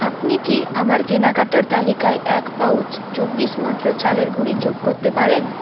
আপনি কি আমার কেনাকাটার তালিকায় এক পাউচ চব্বিশ মন্ত্র চালের গুঁড়ি যোগ করতে পারেন